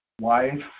wife